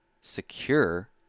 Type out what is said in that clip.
secure